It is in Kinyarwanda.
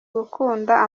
gukunda